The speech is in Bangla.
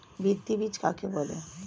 ভিত্তি বীজ কাকে বলে?